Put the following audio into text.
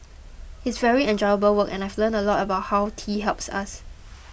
it's very enjoyable work and I've learnt a lot about how tea helps us